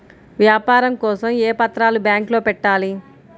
వ్యాపారం కోసం ఏ పత్రాలు బ్యాంక్లో పెట్టాలి?